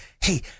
hey